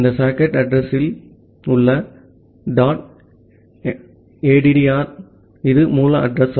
இந்த socket address யில் உள்ளது dot s addr இது மூல அட்ரஸ்